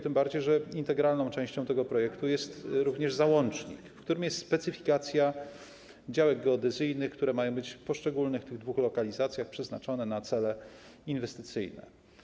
Tym bardziej że integralną jego częścią jest również załącznik, w którym jest specyfikacja działek geodezyjnych, które mają być w poszczególnych tych dwóch lokalizacjach przeznaczone na cele inwestycyjne.